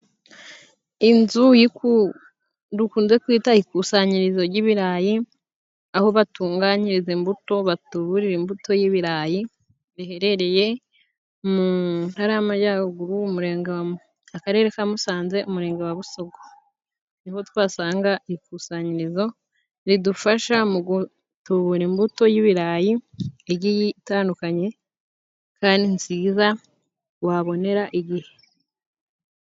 Inzu dukunze kwita ikusanyirizo ry'ibirayi, aho batunganyiriza imbuto, batuburira imbuto y'ibirayi. Biherereye mu ntara y'Amajaruguru umurenge akarere ka Musanze umurenge wa Busogo. Niho twasanga ikusanyirizo ridufasha mu gutubura imbuto y'ibirayi igiye itandukanye kandi nziza wabonera igihe.